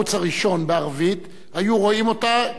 היו רואים זאת כמעט 100 מיליון איש,